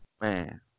Man